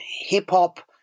hip-hop